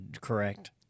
Correct